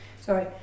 sorry